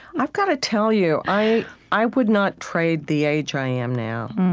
i've got to tell you, i i would not trade the age i am now.